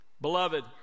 Beloved